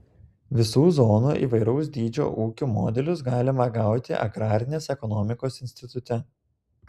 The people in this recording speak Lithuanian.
visų zonų įvairaus dydžio ūkių modelius galima gauti agrarinės ekonomikos institute